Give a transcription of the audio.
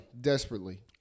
desperately